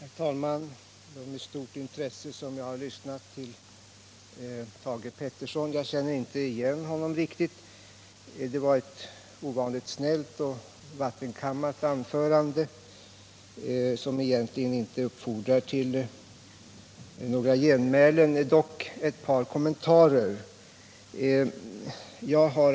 Herr talman! Det är med stort intresse som jag har lyssnat till Thage Peterson. Jag känner inte igen honom riktigt — det anförande han har hållit är ovanligt snällt och vattenkammat och uppfordrar egentligen inte till några genmälen. Jag har dock ett par kommentarer.